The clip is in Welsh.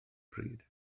pryd